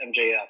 MJF